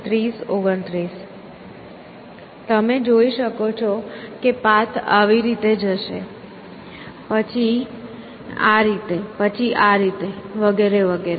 તમે જોઈ શકો છો કે પાથ આવી રીતે જશે પછી આ રીતે પછી આ રીતે વગેરે વગેરે